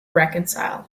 reconcile